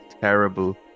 terrible